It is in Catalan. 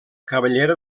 cabellera